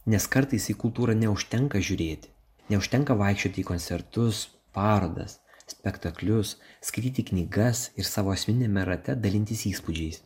nes kartais į kultūrą neužtenka žiūrėti neužtenka vaikščioti į koncertus parodas spektaklius skaityti knygas ir savo asmeniniame rate dalintis įspūdžiais